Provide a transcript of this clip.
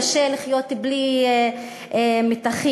קשה לחיות בלי מתחים.